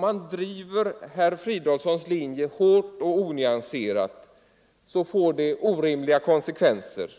man driver herr Fridolfssons linje hårt och onyanserat får det orimliga konsekvenser.